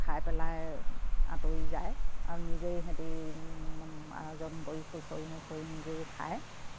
খাই পেলাই আঁতৰি যায় আৰু নিজেই সেহেঁতি আয়োজন কৰি খুঁচৰি মুচৰি নিজেও খায়